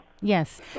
Yes